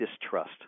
distrust